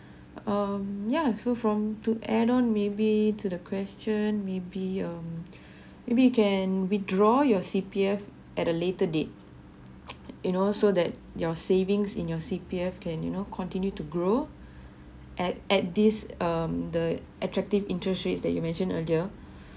um yeah so from to add on maybe to the question maybe um maybe you can withdraw your C_P_F at a later date in all so that your savings in your C_P_F can you know continue to grow at at this um the attractive interest rates that you mentioned earlier